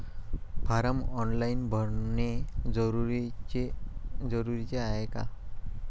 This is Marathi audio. फारम ऑनलाईन भरने जरुरीचे हाय का?